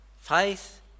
Faith